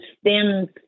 stems